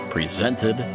Presented